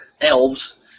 elves